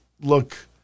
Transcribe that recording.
look